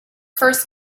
first